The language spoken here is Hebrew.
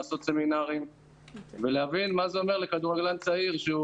לעשות סמינרים ולהבין מה זה אומר לכדורגלן שהוא,